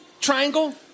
Triangle